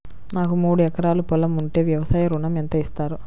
నాకు మూడు ఎకరాలు పొలం ఉంటే వ్యవసాయ ఋణం ఎంత ఇస్తారు?